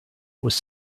was